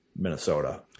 Minnesota